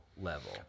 level